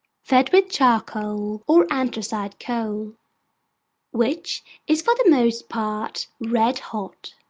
fed with charcoal or anthracite coal which is for the most part red-hot.